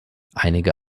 einige